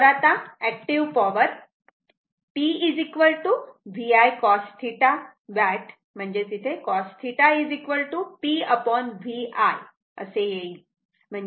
तर आता active power p VI cos θ watt आहे म्हणजेच cos θ pVI असे येईल